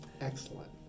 Excellent